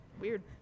Weird